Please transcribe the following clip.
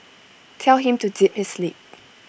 tell him to zip his lip